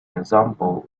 example